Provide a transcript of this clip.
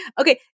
Okay